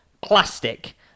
Plastic